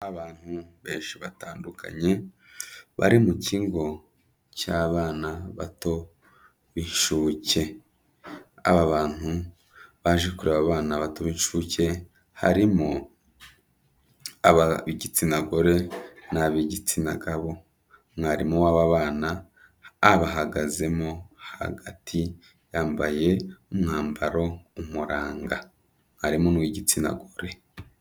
Abantu benshi batandukanye, bari mu kigo cy'abana bato b'inshuke, aba bantu baje kureba abana bato b'inshuke, harimo abigitsina gore n'ab'igitsina gabo, mwarimu w'aba bana abahagazemo hagati yambaye umwambaro umuranga, harimo n'uw'igitsina gore.